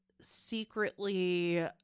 secretly